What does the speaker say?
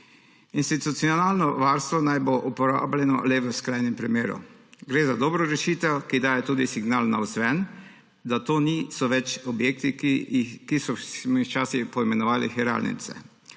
institucionalno varstvo naj bo uporabljeno le v skrajnem primeru. Gre za dobro rešitev, ki daje tudi signal navzven, da to niso več objekti, ki smo jih včasih poimenovali hiralnice.